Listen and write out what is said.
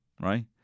right